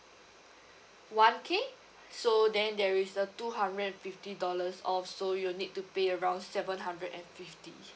one K so then there is a two hundred fifty dollars off so you'll need to pay around seven hundred and fifty